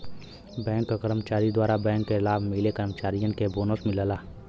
bank क कर्मचारी द्वारा बैंक के लाभ मिले कर्मचारियन के बोनस मिलला